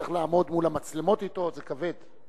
וצריך לעמוד מול המצלמות אתו, זה כבד.